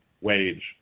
wage